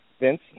Vince